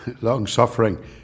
Long-suffering